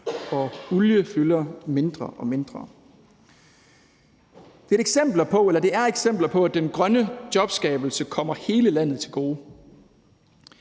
og olie fylder mindre og mindre. Det er eksempler på, at den grønne jobskabelse kommer hele landet til gode,